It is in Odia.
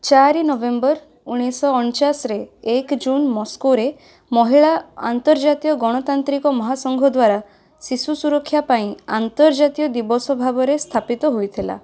ଚାରି ନଭେମ୍ବର ଉଣେଇଶହ ଅଣଚାଶରେ ଏକ ଜୁନ୍ ମସ୍କୋରେ ମହିଳା ଆନ୍ତର୍ଜାତୀୟ ଗଣତାନ୍ତ୍ରିକ ମହାସଂଘ ଦ୍ୱାରା ଶିଶୁ ସୁରକ୍ଷା ପାଇଁ ଆନ୍ତର୍ଜାତୀୟ ଦିବସ ଭାବରେ ସ୍ଥାପିତ ହୋଇଥିଲା